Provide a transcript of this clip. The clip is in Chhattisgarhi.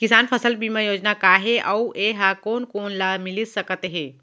किसान फसल बीमा योजना का हे अऊ ए हा कोन कोन ला मिलिस सकत हे?